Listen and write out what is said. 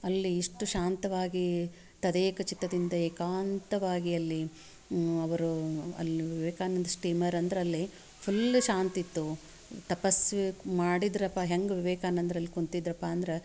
ಅಲ್ಲಿ ಎಷ್ಟು ಶಾಂತವಾಗಿ ತದೇಕಚಿತ್ತದಿಂದ ಏಕಾಂತವಾಗಿ ಅಲ್ಲಿ ಅವರು ಅಲ್ಲಿ ವಿವೇಕಾನಂದ ಸ್ಟೀಮರ್ ಅಂದ್ರೆ ಅಲ್ಲಿ ಫುಲ್ ಶಾಂತಿ ಇತ್ತು ತಪಸ್ವಿ ಮಾಡಿದರಪ್ಪ ಹೆಂಗೆ ವಿವೇಕಾನಂದ್ರು ಅಲ್ಲಿ ಕುಂತಿದ್ದರಪ್ಪ ಅಂದ್ರೆ